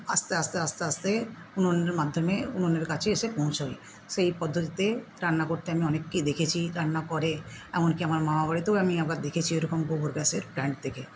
আস্তে আস্তে আস্তে আস্তে উনুনের মাধ্যমে উনুনের কাছে এসে পৌঁছয় সেই পদ্ধতিতে রান্না করতে আমি অনেককেই দেখেছি রান্না করে এমনকি আমার মামাবাড়িতেও আমি আবার দেখেছি ওরকম গোবর গ্যাসের প্ল্যান্ট থেকে